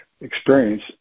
experience